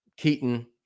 Keaton